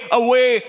away